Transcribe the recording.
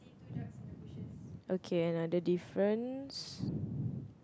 okay another difference